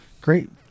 great